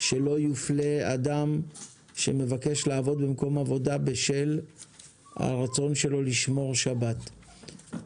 שלא יופלה אדם שמבקש לעבוד במקום עבודה בשל הרצון שלו לשמור שבת.